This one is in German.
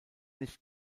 nicht